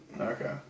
okay